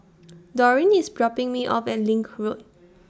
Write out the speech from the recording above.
Dorine IS dropping Me off At LINK Road